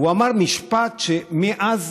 והוא אמר משפט שמאז